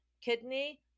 kidney